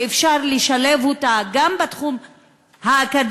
שאפשר לשלב אותה גם בתחום האקדמיה,